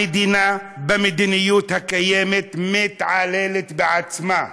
המדינה, במדיניות הקיימת, מתעללת בעצמה.